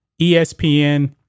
ESPN